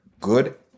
good